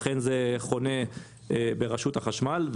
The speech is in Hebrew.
לכן זה חונה ברשות החשמל.